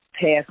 passed